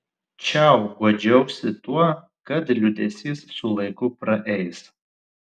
čiau guodžiausi tuo kad liūdesys su laiku praeis